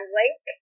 link